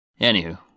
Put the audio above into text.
Anywho